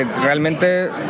realmente